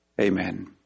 amen